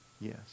yes